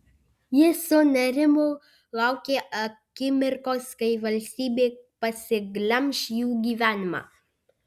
ji su nerimu laukė akimirkos kai valstybė pasiglemš jų gyvenimą